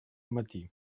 matí